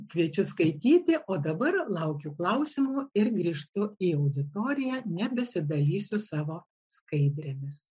kviečiu skaityti o dabar laukiu klausimų ir grįžtu į auditoriją nebesidalysiu savo skaidrėmis